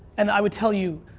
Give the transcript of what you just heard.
and i would tell you,